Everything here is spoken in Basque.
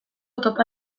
topa